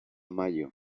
mayo